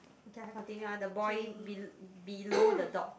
okay I continue ah the boy bel~ below the dog